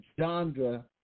genre